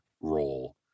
role